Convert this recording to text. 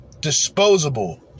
disposable